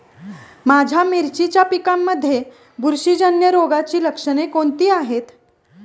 माझ्या मिरचीच्या पिकांमध्ये बुरशीजन्य रोगाची लक्षणे कोणती आहेत?